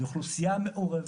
זו אוכלוסייה מעורבת.